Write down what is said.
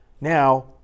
Now